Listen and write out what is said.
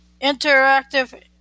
Interactive